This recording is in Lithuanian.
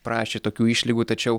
prašė tokių išlygų tačiau